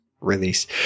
release